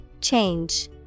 Change